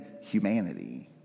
humanity